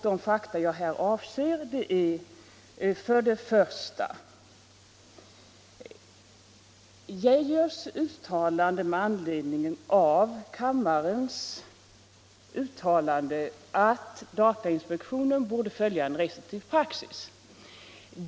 De fakta som jag här avser är för det första vad herr Geijer sagt med anledning av kammarens uttalande att datainspektionen borde följa en restriktiv praxis.